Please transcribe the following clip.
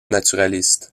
naturaliste